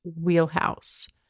wheelhouse